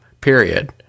period